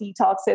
detoxes